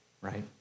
Right